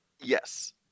Yes